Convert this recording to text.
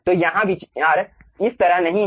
तो यहाँ विचार इस तरह नहीं है